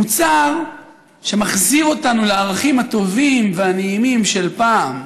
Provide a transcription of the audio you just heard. מוצר שמחזיר אותנו לערכים הטובים והנעימים של פעם,